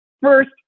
first